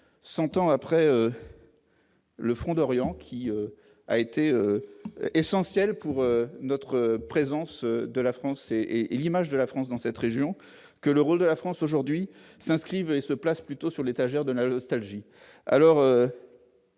100 ans après le Front d'Orient qui a été essentiel pour notre présence de la France et et l'image de la France dans cette région que le rôle de la France aujourd'hui s'inscrivent et se place plutôt sur l'étagère de la l'Ostalgie